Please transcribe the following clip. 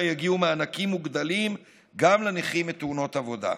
לא יגיעו מענקים מוגדלים גם לנכים מתאונות עבודה.